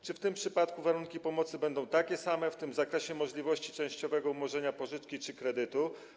Czy w tym przypadku warunki pomocy będą takie same, w tym w zakresie możliwości częściowego umorzenia pożyczki czy kredytu?